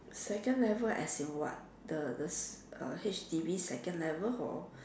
second level as in what the the H_D_B second level or